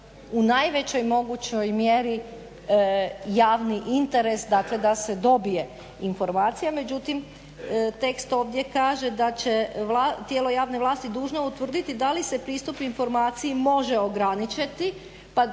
u najvećoj mogućoj mjeri javni interes, dakle da se dobije informacija, međutim tekst ovdje kaže da će tijelo javne vlasti dužno je utvrditi da li se pristup informaciji može ograničiti, pa